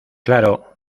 claro